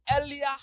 earlier